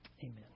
Amen